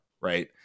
right